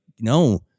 no